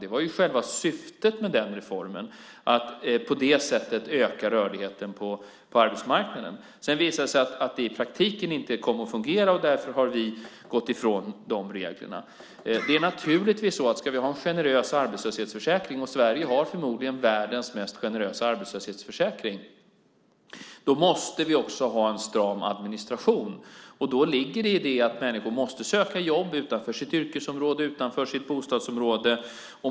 Det var själva syftet med reformen att på det sättet öka rörligheten på arbetsmarknaden. Sedan visade det sig att det i praktiken inte kom att fungera, och därför har vi gått ifrån de reglerna. Om vi ska ha en generös arbetslöshetsförsäkring - och Sverige har förmodligen världens mest generösa arbetslöshetsförsäkring - måste vi också ha en stram administration. I detta ligger att människor måste söka jobb utanför sitt yrkesområde och utanför sitt bostadsområde.